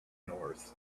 north